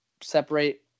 separate